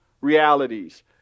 realities